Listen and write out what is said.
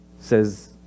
says